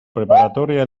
preparatoria